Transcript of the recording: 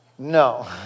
No